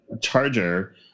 Charger